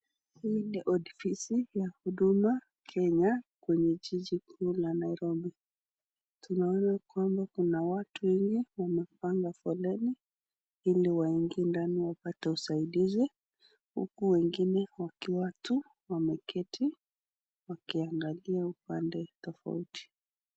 Huu ni ofisi ya Huduma Kenya kwenye jiji kuu la Nairobi. Tunaona kwamba kuna watu wenye wamepanga foleni ili waingie ndani wapate usaidizi huku wengine wakiwa tu wameketi, wakiangalia upande tofauti.